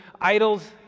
idols